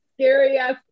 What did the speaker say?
scary-ass